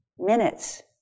minutes